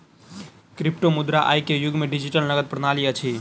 क्रिप्टोमुद्रा आई के युग के डिजिटल नकद प्रणाली अछि